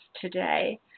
today